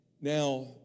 Now